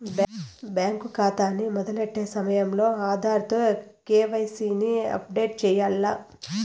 bank కాతాని మొదలెట్టే సమయంలో ఆధార్ తో కేవైసీని అప్పుడేటు సెయ్యాల్ల